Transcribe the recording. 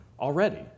already